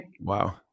Wow